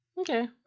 Okay